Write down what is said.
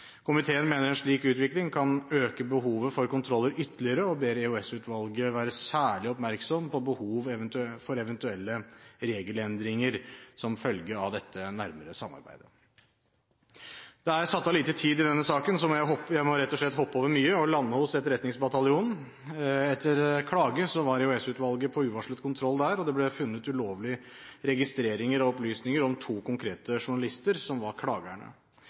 Komiteen mener en slik utvikling kan øke behovet for kontroller ytterligere, og ber EOS-utvalget være særlig oppmerksomme på behov for eventuelle regelendringer som følge av dette nærmere samarbeidet. Det er satt av lite tid i denne saken, så jeg må rett og slett hoppe over mye og lande hos Etterretningsbataljonen. Etter klage var EOS-utvalget på uvarslet kontroll der, og det ble funnet ulovlige registreringer og opplysninger om to konkrete journalister – klagerne.